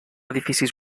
edificis